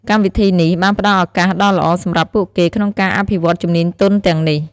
កម្មវិធីនេះ បានផ្ដល់ឱកាសដ៏ល្អសម្រាប់ពួកគេក្នុងការអភិវឌ្ឍន៍ជំនាញទន់ទាំងនេះ។